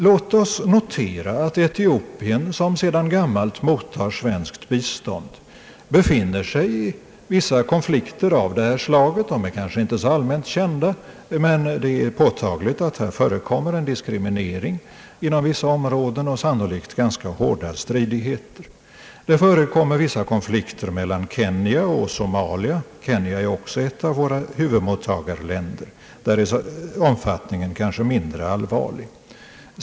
Låt oss notera att Etiopien som sedan gammalt mottar svenskt bistånd befinner sig i vissa konflikter av detta slag. De är kanske inte så allmänt kända, men det är påtagligt att här förekommer en diskriminering inom vissa områden och sannolikt ganska hårda stridigheter. Det förekommer vissa konflikter mellan Kenya och Somalia. Kenya är också ett av våra huvudmottagarländer. Omfatttningen är kanske mindre allvarlig.